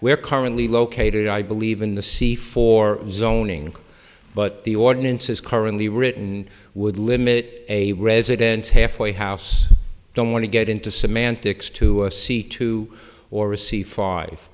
are currently located i believe in the sea for zoning but the ordinance is currently written would limit a residence halfway house don't want to get into semantics to see two or a c five